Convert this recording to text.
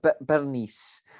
Bernice